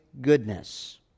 goodness